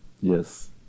yes